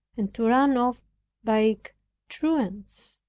and to run off like truants